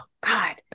God